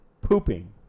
pooping